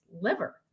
liver